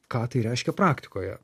ką tai reiškia praktikoje